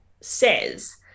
says